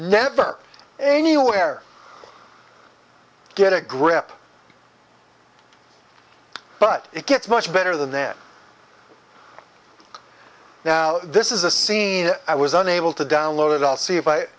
never anywhere get a grip but it gets much better than then now this is a scene i was unable to download it i'll see if